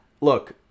look